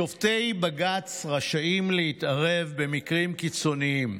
שופטי בג"ץ רשאים להתערב במקרים קיצוניים,